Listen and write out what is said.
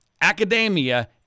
academia